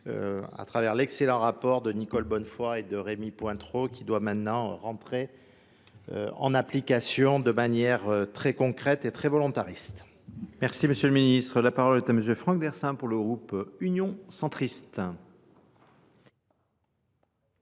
à travers l'excellent rapport de Nicole Bonnefoy et de Rémi Pointreau qui doit maintenant rentrer en application de manière très concrète et très volontariste. Merci Monsieur le Ministre. La parole est à Monsieur Franck Dersin pour le groupe Union Centriste.